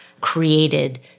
created